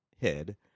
head